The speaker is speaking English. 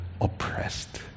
oppressed